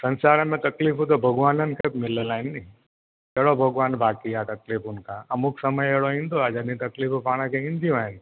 संसार में तकलीफ़ूं त भॻवाननि खे बि मिलियल आहिनि कहिड़ो भॻवानु बाक़ी आहे तकलीफ़ुनि खां अमुक समय अहिड़ो ईंदो आहे जॾहिं तकलीफ़ूं पाण खे ईंदियूं आहिनि